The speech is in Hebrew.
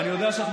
אין שום